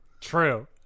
True